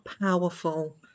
powerful